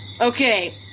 Okay